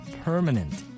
permanent